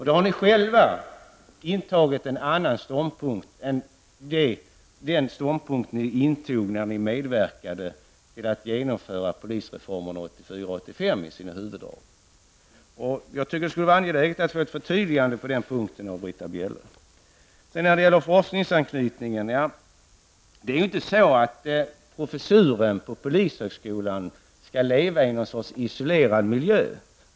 Då har ni själva intagit en annan ståndpunkt än den som ni intog när ni medverkade till att genomföra polisreformen i sina huvuddrag 1984/85. Det skulle vara angeläget att få ett förtydligande på denna punkt av Britta Bjelle. När det gäller forskningsanknytningen menar jag inte att professorn på polishögskolan skall leva i någon sorts isolerad miljö.